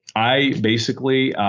i basically,